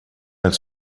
its